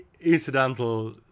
Incidental